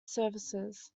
services